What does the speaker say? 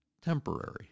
temporary